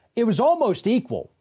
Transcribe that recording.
it was almost equal.